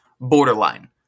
borderline